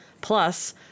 Plus